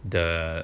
the